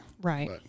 Right